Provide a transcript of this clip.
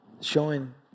showing